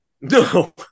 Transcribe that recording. No